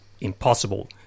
impossible